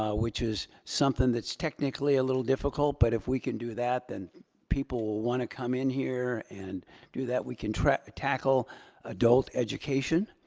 ah which is something that's technically a little difficult, but if we can do that then people will want to come in here and do that, we can tackle adult education.